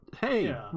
hey